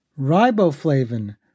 riboflavin